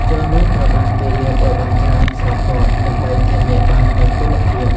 ជ័រនោះត្រូវបានគេលាបឲ្យបានច្រើនស្រទាប់ដើម្បីធានាបាននូវគុណភាព។